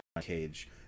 Cage